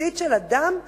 הבסיסית של אדם להורות,